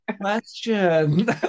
question